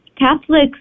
Catholics